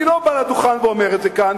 אני לא בא לדוכן ואומר את זה כאן,